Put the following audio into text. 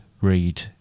read